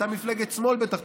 אתה מפלגת שמאל בתחפושת,